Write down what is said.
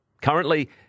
Currently